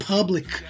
Public